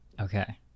Okay